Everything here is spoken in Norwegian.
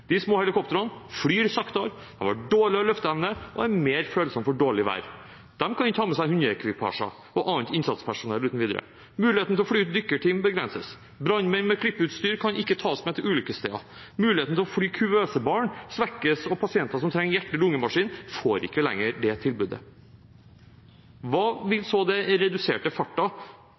De små helikoptrene flyr saktere, de har dårligere løfteevne, og de er mer følsomme for dårlig vær. De kan ikke ta med seg hundeekvipasjer og annet innsatspersonell uten videre. Muligheten til å fly ut dykkerteam begrenses, brannmenn med klippeutstyr kan ikke tas med til ulykkessteder, muligheten til å fly kuvøsebarn svekkes, og pasienter som trenger hjerte-lungemaskin, får ikke lenger det tilbudet. Hva vil så den reduserte farten